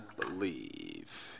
believe